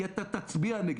כי אתה תצביע נגדו.